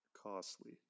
costly